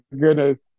goodness